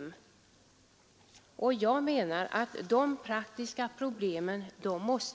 Man måste enligt